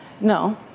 no